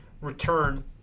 return